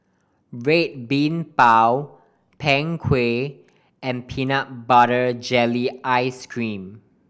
Red Bean Bao Png Kueh and peanut butter jelly ice cream